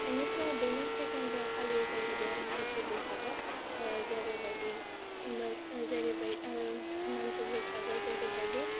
बेनिफ्राय बेनि second day खालि जोंनि बे मानसि बैसागो जेरै बायदि